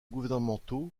gouvernementaux